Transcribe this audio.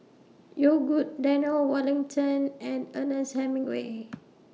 Yogood Daniel Wellington and Ernest Hemingway